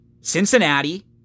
Cincinnati